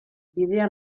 bidea